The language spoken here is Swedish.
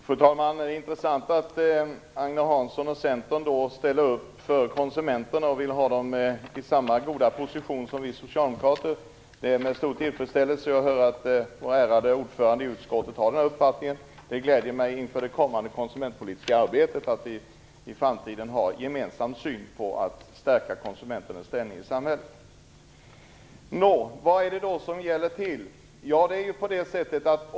Fru talman! Det är intressant att Agne Hansson och Centern ställer upp för konsumenterna och vill ge dem samma goda position som vi socialdemokrater. Det är med stor tillfredsställelse som jag hör att vår ärade ordförande i utskottet har denna uppfattning. Det gläder mig inför det kommande konsumentpolitiska arbetet att vi har en gemensam syn på att stärka konsumenternas ställning i samhället. Vad är det då frågan gäller?